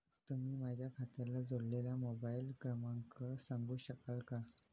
तुम्ही माझ्या खात्याला जोडलेला मोबाइल क्रमांक सांगू शकाल का?